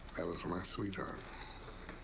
that was my sweetheart.